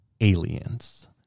aliens